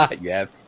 Yes